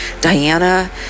Diana